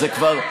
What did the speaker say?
זה כבר,